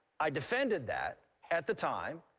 i defended that at the time.